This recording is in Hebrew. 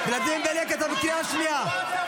ולדימיר בליאק, אתה בקריאה שנייה.